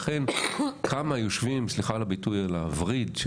לכן כמה יושבים סליחה על הביטוי על הווריד של